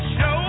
Show